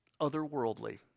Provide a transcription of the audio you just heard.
otherworldly